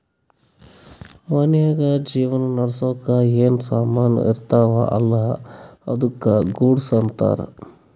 ಮನ್ಶ್ಯಾಗ್ ಜೀವನ ನಡ್ಸಾಕ್ ಏನ್ ಸಾಮಾನ್ ಇರ್ತಾವ ಅಲ್ಲಾ ಅದ್ದುಕ ಗೂಡ್ಸ್ ಅಂತಾರ್